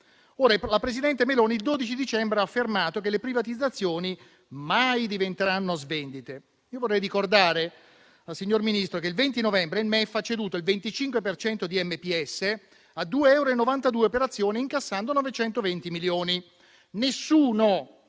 La presidente Meloni il 12 dicembre ha affermato che le privatizzazioni non diventeranno mai svendite. Vorrei ricordare al signor Ministro che il 20 novembre il MEF ha ceduto il 25 per cento di MPS a 2,92 euro per azione, incassando 920 milioni.